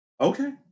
Okay